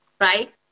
right